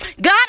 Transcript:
God